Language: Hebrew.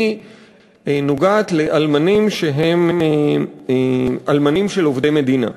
היא נוגעת לאלמנים שהם אלמנים של עובדי מדינה.